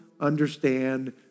understand